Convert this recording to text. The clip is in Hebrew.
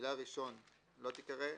המילה "ראשון" לא תיקרא,